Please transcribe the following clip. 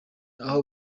aho